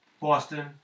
Boston